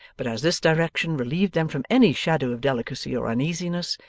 but as this direction relieved them from any shadow of delicacy or uneasiness,